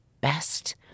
best